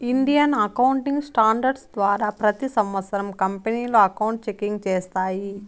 Indian accounting standards ద్వారా ప్రతి సంవత్సరం కంపెనీలు అకౌంట్ చెకింగ్ చేస్తాయి